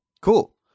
Cool